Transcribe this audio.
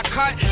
cut